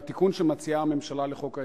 לתיקון שמציעה הממשלה לחוק האזרחות.